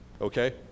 okay